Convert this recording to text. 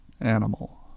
animal